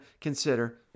consider